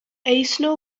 eisner